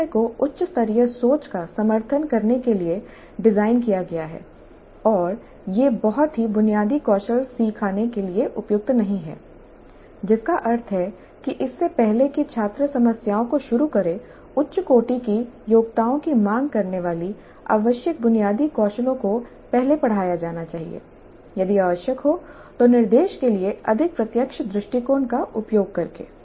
PBI को उच्च स्तरीय सोच का समर्थन करने के लिए डिज़ाइन किया गया है और यह बहुत ही बुनियादी कौशल सिखाने के लिए उपयुक्त नहीं है जिसका अर्थ है कि इससे पहले कि छात्र समस्याओं को शुरू करें उच्च कोटि की योग्यताओं की मांग करने वाली आवश्यक बुनियादी कौशलों को पहले पढ़ाया जाना चाहिए यदि आवश्यक हो तो निर्देश के लिए अधिक प्रत्यक्ष दृष्टिकोण का उपयोग करके